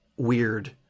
weird